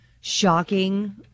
shocking